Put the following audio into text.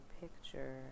picture